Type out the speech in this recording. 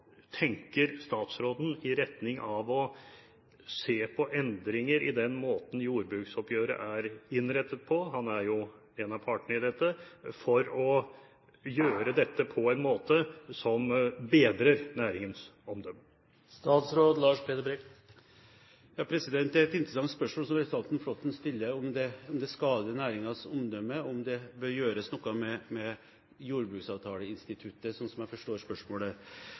tenker statsråden i retning av å se på endringer i den måten jordbruksoppgjøret er innrettet på – han er jo en av partene i dette – for å gjøre dette på en måte som bedrer næringens omdømme? Det er et interessant spørsmål som representanten Flåtten stiller, om det skader næringens omdømme, og om det bør gjøres noe med jordbruksavtaleinstituttet, slik jeg forstår spørsmålet.